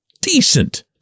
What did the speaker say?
decent